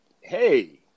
Hey